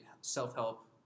self-help